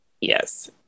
yes